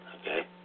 Okay